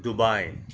Dubai